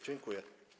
Dziękuję.